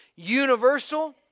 universal